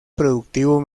productivo